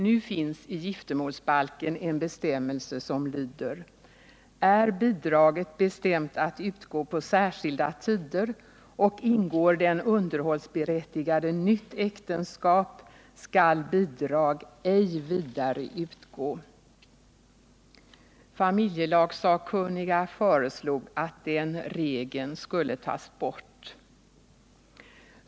Nu finns i giftermålsbalken en bestämmelse som lyder: ”Är bidraget bestämt att utgå på särskilda tider och ingår den underhållsberättigade nytt äktenskap, skall bidrag ej vidare utgå.” Familjelagssakkunniga föreslog att den regeln skulle tas bort.